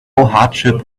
hardship